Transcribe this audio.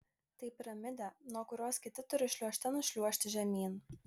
tai piramidė nuo kurios kiti turi šliuožte nušliuožti žemyn